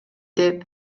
деп